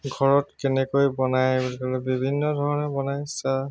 ঘৰত কেনেকৈ বনায় বুলি ক'লে বিভিন্ন ধৰণে বনায় চাহ